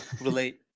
Relate